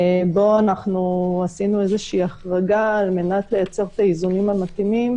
בו עשינו איזו החרגה על מנת למצוא את האיזונים המתאימים